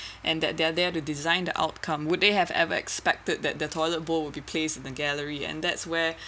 and that they're there to design the outcome would they have ever expected that the toilet bowl will be placed in the gallery and that's where